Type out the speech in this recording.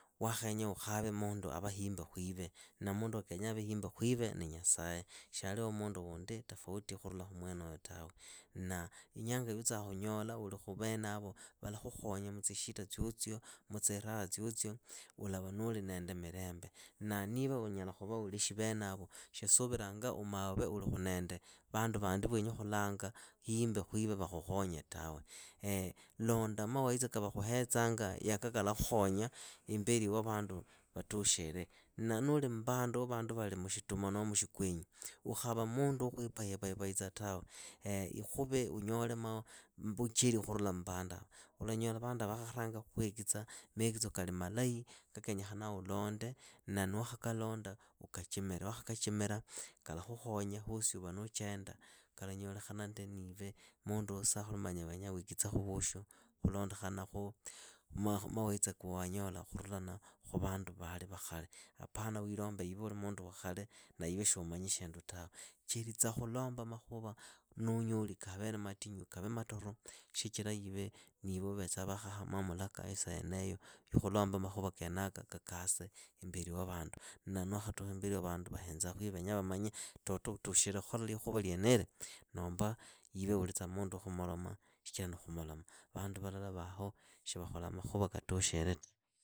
Wakhenya ukhave mundu ava himbi khwive, na mundu wa kenyaa ave himbi khwive ni nyasaye. Shialiho mundu wundi tofauti khurula khu mwenoyo tawe. Na inyanga yuutsa khunyola uli khuvenavo, valakhukhonya mutsishita tsiotsio, mutsiraha tsiotsio, ulava nuuli nende milembe. na niva unyala khuva ureshi venavo. shi suviranga umauve ulikhu nende vandu vandi va wenyi khukanga himbi khwiwe vakhukhonye tawe. londa mawaitsa ka vakhuhetsanga yaka kalakhukhonyi imbeli wa vandu vatushire. Na nuuli mmbandu wa vandu vali mushitumo noho mushikwenyi, ukhava mundu wa khwipayapayitsa tawe ikhuve unyole vucheli khurula mmbanduava, ulanyola vanduava vakharanga khukhuekitsa mekitso kali malahi, ka kenyekhanaa ulonde na nuwaakhakalonda ukachimire. nuwaakhakachimira, kalakhukhonya hosi huuva nuuchenda, kalanyolekhana nive mundu wa vasakhulu venya wekitsekhu vosho khulondokhana khu mawaitsa ka wanyola khurulana khu vandu vali va khare. Apana wiilombe iwe uli mundu wa khare na iwe shuumanyi shindu tawe. Chelitsa khulomba makhuva nuunyoli kavere matinyu kave matoro shichila iwe niiwe vavetsa vakhaha mamulaka isa yeneyo yukhulomba makhuvakenaka kakase imbeli wa vandu. Na niwaakhatukha imbeli wa vandu vahenzaa khwiwe venya vamanye toto utushire khola likhuva lyene hili? Noomba iwe ulitsa mundu wa khumoloma shichira ni khumoloma, vandu valala vaaho shivakholaa makhuva katushire ta.